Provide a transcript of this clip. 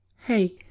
Hey